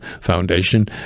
Foundation